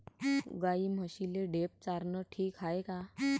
गाई म्हशीले ढेप चारनं ठीक हाये का?